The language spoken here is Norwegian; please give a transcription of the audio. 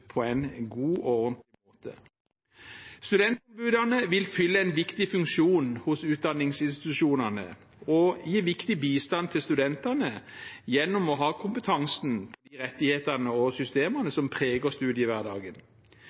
på en god måte. Studentombudene vil fylle en viktig funksjon hos utdanningsinstitusjonene og gi viktig bistand til studentene gjennom å ha kompetansen, de rettighetene og systemene som preger studiehverdagen.